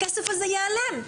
הכסף הזה ייעלם.